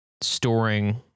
storing